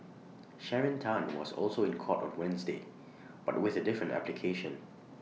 Sharon Tan was also in court on Wednesday but with A different application